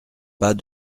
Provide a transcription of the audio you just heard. pas